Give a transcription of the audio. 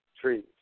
trees